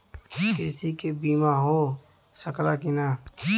कृषि के बिमा हो सकला की ना?